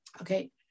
Okay